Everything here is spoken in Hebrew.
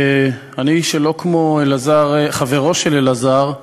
שלא כמו חברו של אלעזר,